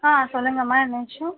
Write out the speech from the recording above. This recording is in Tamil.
ஆ சொல்லுங்கம்மா என்ன விஷயம்